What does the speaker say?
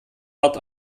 hart